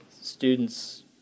students